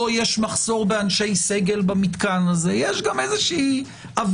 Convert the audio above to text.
או יש מחסור באנשי סגל במתקן הזה - יש גם אווירה